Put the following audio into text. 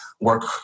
work